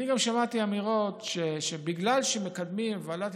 אני גם שמעתי אמירות שבגלל שמקדמים ועדת